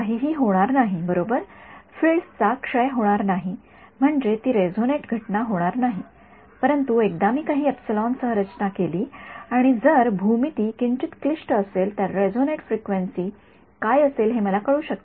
काहीही होणार नाही बरोबर फील्ड्स चा क्षय होणार नाही म्हणजे ती रेसॉनेट घटना होणार नाही परंतु एकदा मी काही एप्सिलॉन सह रचना केली आणि जर भूमिती किंचित क्लिष्ट असेल तर रेसॉनेट फ्रिक्वेन्सी काय असेल हे मला कळू शकते